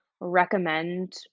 recommend